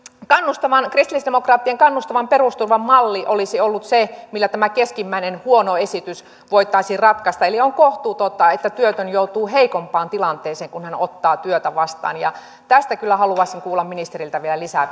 kristillisdemokraattien kannustavan perusturvan malli olisi ollut se millä tämä keskimmäinen huono esitys voitaisiin ratkaista eli on kohtuutonta että työtön joutuu heikompaan tilanteeseen kun hän ottaa työtä vastaan ja tästä kyllä haluaisin kuulla ministeriltä vielä lisää